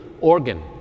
organ